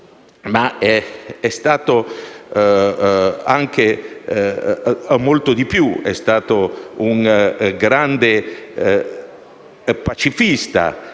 è stato molto di più. È stato un grande pacifista.